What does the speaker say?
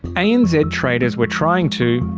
anz ah traders were trying to,